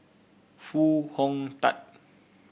Foo Hong Tatt